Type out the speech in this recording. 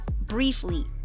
briefly